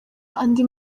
andi